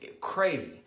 Crazy